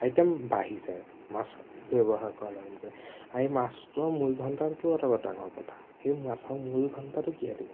item বাঢ়ি যায় মাছ ব্যৱহাৰ কৰাৰ লগে লগে আৰু সেই মাছটোৰ মুড়ি ঘন্টটো এটা ডাঙৰ কথা সেই মাছৰ মুড়ি ঘন্টাটো কিহে দি বনাব